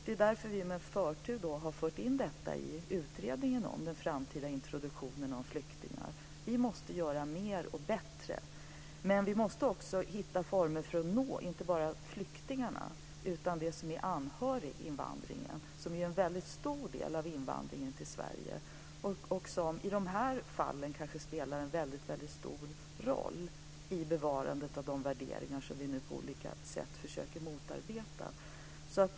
Det är därför som vi med förtur har fört in detta i utredningen om den framtida introduktionen av flyktingar. Vi måste göra större och bättre insatser. Men vi måste också hitta former för att nå inte bara flyktingarna utan också invandrade anhöriga. Anhöriginvandringen är en mycket stor del av invandringen i Sverige, och den spelar kanske en väldigt stor roll för bevarandet av de värderingar som vi nu på olika sätt försöker motarbeta.